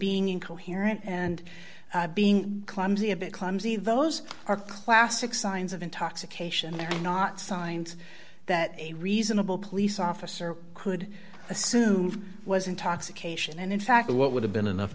being incoherent and being clumsy a bit clumsy those are classic signs of intoxication they're not signs that a reasonable police officer could assume was intoxication and in fact what would have been enough